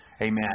Amen